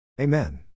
Amen